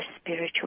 spiritual